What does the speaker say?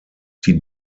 die